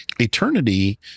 eternity